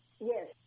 Yes